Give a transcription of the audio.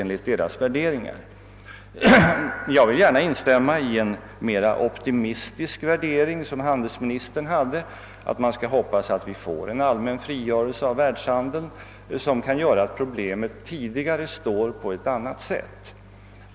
Jag kan gärna instämma i den optimistiska förhoppning handelsministern uttryckte, nämligen att vi skall få en allmän frigörelse av världshandeln, som kan medföra att problemet tidigare framstår på ett annat sätt.